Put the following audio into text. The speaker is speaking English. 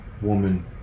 woman